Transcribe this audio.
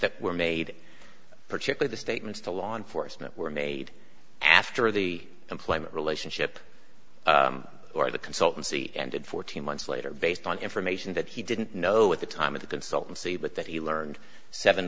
that were made particular the statements to law enforcement were made after the employment relationship or the consultancy ended fourteen months later based on information that he didn't know at the time of the consultancy but that he learned